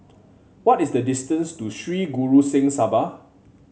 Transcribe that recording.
what is the distance to Sri Guru Singh Sabha